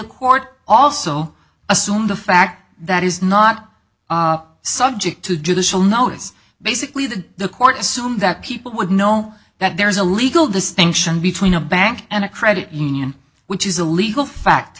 court also assumed the fact that is not subject to judicial notice basically that the court assumed that people would know that there is a legal distinction between a bank and a credit union which is a legal fact